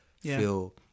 feel